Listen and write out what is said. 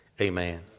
Amen